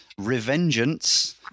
Revengeance